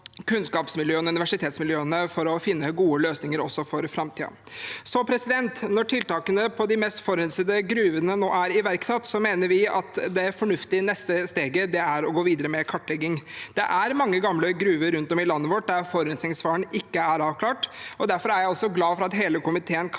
kunnskapsmiljøene, universitetsmiljøene, for å finne gode løsninger også for framtiden. Når tiltakene på de mest forurensede gruvene nå er iverksatt, mener vi det fornuftige neste steget er å gå videre med kartlegging. Det er mange gamle gruver rundt om i landet vårt der forurensningsfaren ikke er avklart, og derfor er jeg glad for at hele komiteen